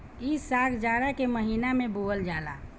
इ साग जाड़ा के महिना में बोअल जाला